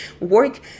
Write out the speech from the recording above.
work